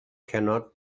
cannot